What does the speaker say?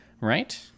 right